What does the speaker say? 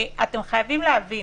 אתם חייבים להבין